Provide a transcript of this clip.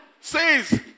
says